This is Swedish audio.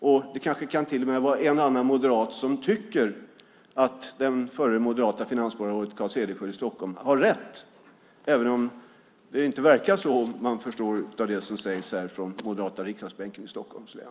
Det kan kanske till och med vara en och annan moderat som tycker att det förra moderata finansborgarrådet i Stockholm, Carl Cederschiöld, har rätt även om det inte verkar så av det som sägs av moderata riksdagsledamöter från Stockholms län.